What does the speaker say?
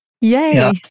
Yay